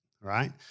right